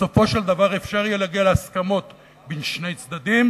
בסופו של דבר אפשר יהיה להגיע להסכמות בין שני צדדים